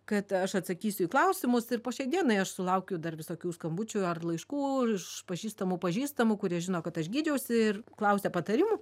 kad aš atsakysiu į klausimus ir po šiai dienai aš sulaukiu dar visokių skambučių ar laiškų iš pažįstamų pažįstamų kurie žino kad aš gydžiausi ir klausia patarimų